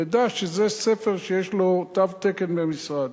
נדע שזה ספר שיש לו תו תקן מהמשרד.